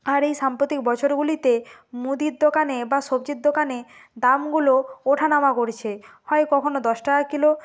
আর এই সাম্প্রতিক বছরগুলিতে মুদির দোকানে বা সবজির দোকানে দামগুলো ওঠা নামা করছে হয় কখনও দশ টাকা কিলো